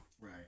Right